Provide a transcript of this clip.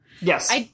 Yes